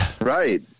Right